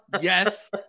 yes